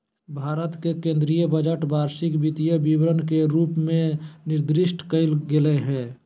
भारत के केन्द्रीय बजट वार्षिक वित्त विवरण के रूप में निर्दिष्ट कइल गेलय हइ